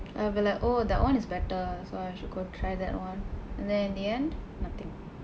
I will be like oh that [one] is better so I should go try that one and then in the end nothing